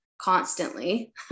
constantly